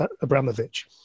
Abramovich